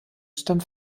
stammt